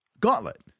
gauntlet